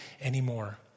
anymore